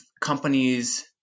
companies